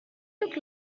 look